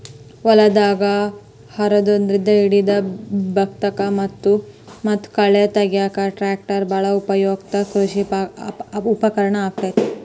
ಹೊಲದಾಗ ಹರಗೋದ್ರಿಂದ ಹಿಡಿದು ಬಿತ್ತಾಕ ಮತ್ತ ಕಳೆ ತಗ್ಯಾಕ ಟ್ರ್ಯಾಕ್ಟರ್ ಬಾಳ ಉಪಯುಕ್ತ ಕೃಷಿ ಉಪಕರಣ ಆಗೇತಿ